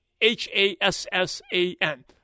H-A-S-S-A-N